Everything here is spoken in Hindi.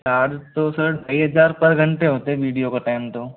चार्ज तो सर ढाई हज़ार पर घंटे होते हैं विडियो का टाइम तो